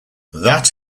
that